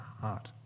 heart